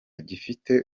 gifite